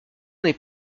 n’est